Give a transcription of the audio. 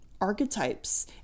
archetypes